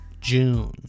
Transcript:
June